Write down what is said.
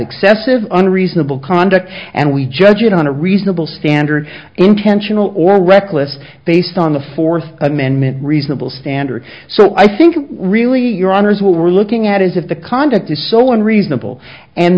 excessive unreasonable conduct and we judge it on a reasonable standard intentional or reckless based on the fourth amendment reasonable standard so i think really your honor is what we're looking at is if the conduct is so unreasonable and